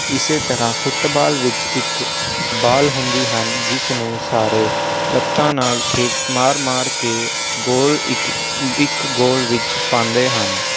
ਇਸੇ ਤਰ੍ਹਾਂ ਫੁੱਟਬਾਲ ਵਿੱਚ ਇੱਕ ਬਾਲ ਹੁੰਦੀ ਹੈ ਜਿਸ ਨੂੰ ਸਾਰੇ ਲੱਤਾਂ ਨਾਲ ਖੇਡ ਮਾਰ ਮਾਰ ਕੇ ਗੋਲ ਇੱਕ ਇੱਕ ਗੋਲ ਵਿੱਚ ਪਾਉਂਦੇ ਹਨ